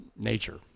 nature